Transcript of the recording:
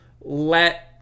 let